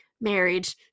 married